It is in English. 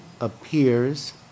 appears